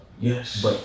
Yes